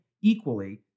equally